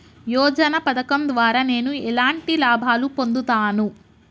యోజన పథకం ద్వారా నేను ఎలాంటి లాభాలు పొందుతాను?